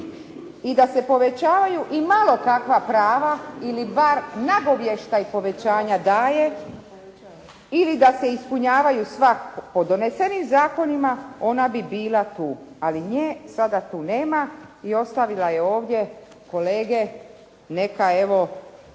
I da se povećavaju i malo kakva prava ili bar nagovještaj povećanja daje, ili da se ispunjavaju sva po donesenim zakonima ona bi bila tu ali nje sada tu nema i ostavila je ovdje kolege neka evo